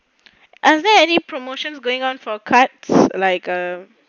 are there any promotions going on for cards like a